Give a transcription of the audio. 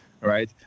right